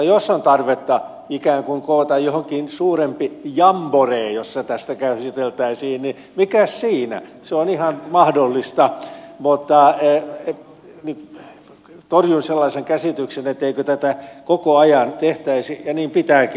jos on tarvetta ikään kuin koota johonkin suurempi jamboree jossa tätä käsiteltäisiin niin mikäs siinä se on ihan mahdollista mutta torjun sellaisen käsityksen etteikö tätä koko ajan tehtäisi ja niin pitääkin tehdä